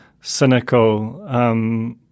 cynical